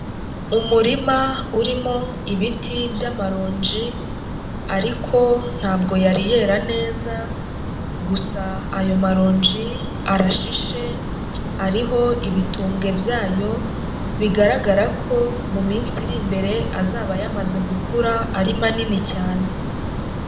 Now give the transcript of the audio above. Umurima urimo ibiti by'amaronji ariko ntabwo yari yera neza, gusa ayo maronji arashishe, ariho ibitumbwe byayo, bigaragara ko mu minsi iri imbere azaba yamaze gukura, ari manini cyane.